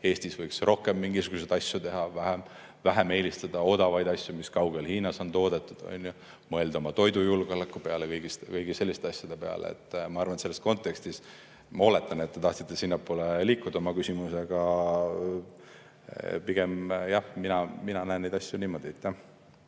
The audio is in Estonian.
Eestis võiks rohkem mingisuguseid asju teha, vähem eelistada odavaid asju, mis kaugel Hiinas on toodetud, mõelda oma toidujulgeoleku peale – kõigi selliste asjade peale. Ma arvan, et selles kontekstis – ma oletan, et te tahtsite sinnapoole liikuda oma küsimusega – pigem jah, mina näen neid asju niimoodi.